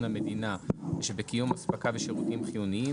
המדינה ושבקיום אספקה ושירותים חיוניים,